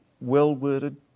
well-worded